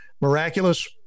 miraculous